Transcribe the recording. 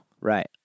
right